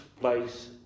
place